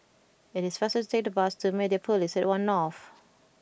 it is faster to take the bus to Mediapolis at One North